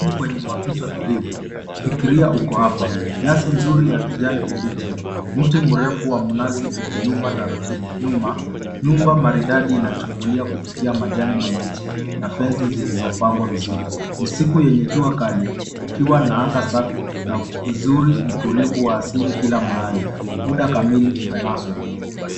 Kwenye maficho tulivu, fikiria uko hapa, nyasi nzuri ya kijani kibichi. Mti mrefu wa mnazi ukiyumba taratibu. Nyuma nyumba maridadi inachungulia kupitia majani mabichi na fensi zilizopangwa vizuri. Ni siku yenye jua kali kukiwa na anga safi na uzuri mtulivu kila mahali. Muda kamili umenaswa.